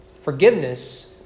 Forgiveness